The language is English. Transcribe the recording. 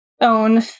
own